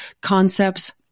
concepts